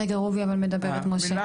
רגע, רובי אבל מדברת, משה.